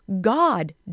God